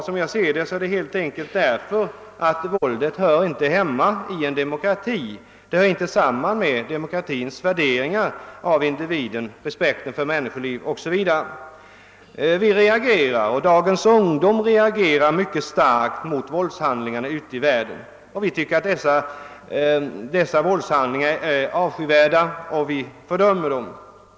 Som jag ser det hör våldet helt enkelt inte hemma i en demokrati, eftersom det inte kan förenas med demokratins värderingar av individen och respekten för människoliv. Dagens ungdom reagerar mycket starkt mot våldshandlingar ute i världen. Vi tycker att dessa våldshandlingar är avskyvärda och fördömer dem.